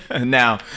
Now